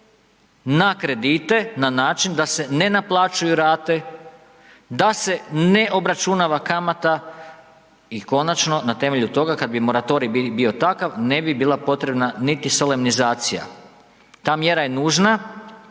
na kredite na način da se ne naplaćuju rate, da se ne obračunava kamata i konačno na temelju toga kada bi moratorij bio takav ne bi bila potrebna niti solemnizacija. Ta mjera je nužna.